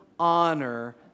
honor